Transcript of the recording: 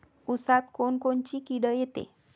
ऊसात कोनकोनची किड येते?